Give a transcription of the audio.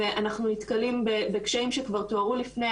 אנחנו נתקלים בקשיים שכבר תוארו לפני,